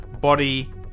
body